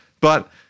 But-